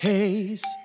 Haze